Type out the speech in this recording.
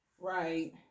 Right